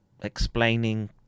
explaining